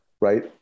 right